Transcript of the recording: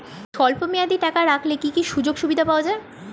স্বল্পমেয়াদী টাকা রাখলে কি কি সুযোগ সুবিধা পাওয়া যাবে?